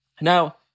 Now